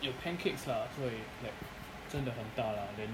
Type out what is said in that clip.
有 pancakes lah 所以 like 真的很大 lah then